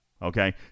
okay